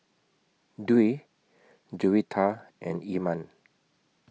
Dwi Juwita and Iman